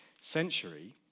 century